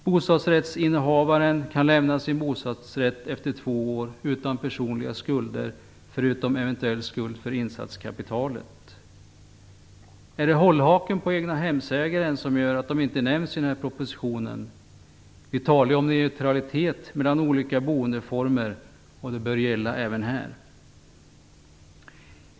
Bostadsrättsinnehavaren kan lämna sin bostadsrätt efter två år utan personliga skulder, förutom eventuell skuld för insatskapitalet. Är det hållhaken på egnahemsägarna som gör att de inte nämns i propositionen? Vi talar om neutralitet mellan olika boendeformer, och en sådan bör gälla även här.